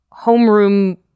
homeroom